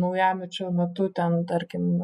naujamečio metu ten tarkim